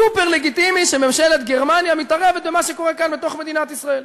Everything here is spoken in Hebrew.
סופר-לגיטימי שממשלת גרמניה מתערבת במה שקורה כאן בתוך מדינת ישראל,